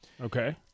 Okay